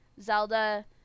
zelda